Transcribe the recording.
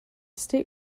state